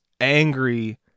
angry